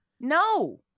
no